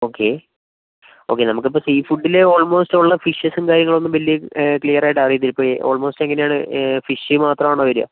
okay okay നമുക്കിപ്പോൾ sea ഫുഡില് almost ഉള്ള ഫിഷസും കാര്യങ്ങളുമൊന്നും വലിയ ക്ലിയർ ആയിട്ട് അറിയത്തില്ല ഇപ്പോൾ ഈ ഓൾമോസ്റ്റ് എങ്ങനെയാണ് ഫിഷ് മാത്രമാണോ വരിക